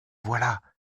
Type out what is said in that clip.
voilà